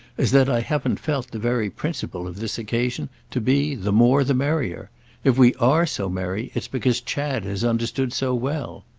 as that i haven't felt the very principle of this occasion to be the more the merrier if we are so merry it's because chad has understood so well.